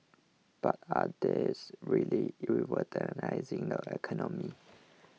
but are these really revolutionising the economy